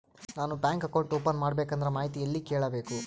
ನಾನು bank account open ಮಾಡಬೇಕಂದ್ರ ಮಾಹಿತಿ ಎಲ್ಲಿ ಕೇಳಬೇಕು?